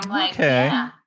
Okay